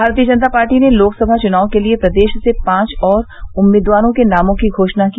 भारतीय जनता पार्टी ने लोकसभा चुनाव के लिये प्रदेश से पांच और उम्मीदवारों के नामों की घोषणा की